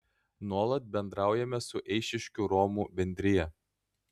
nuolat bendraujame su eišiškių romų bendrija